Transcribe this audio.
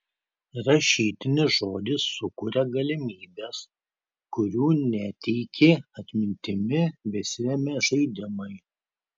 rašytinis žodis sukuria galimybes kurių neteikė atmintimi besiremią žaidimai